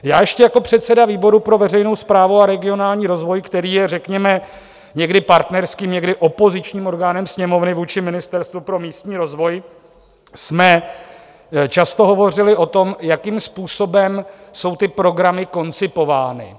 Já ještě jako předseda výboru pro veřejnou správu a regionální rozvoj, který je, řekněme, někdy partnerským, někdy opozičním orgánem Sněmovny vůči Ministerstvu pro místní rozvoj, jsme často hovořili o tom, jakým způsobem jsou ty programy koncipovány.